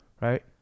right